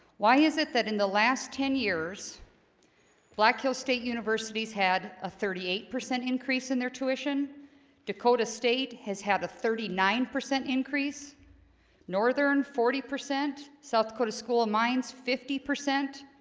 why is it that in the last ten years black hill state universities had a thirty eight percent increase in their tuition dakota state has had a thirty nine percent increase northern forty percent south dakota school of mines fifty percent